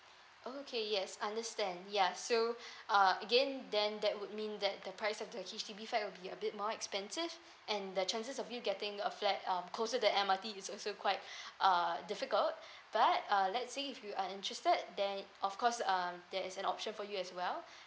okay yes understand ya so uh again then that would mean that the price of the H_D_B flat will be a bit more expensive and the chances of you getting a flat um closer to M_R_T is also quite uh difficult but uh let's say if you are interested then of course um there is an option for you as well